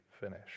finish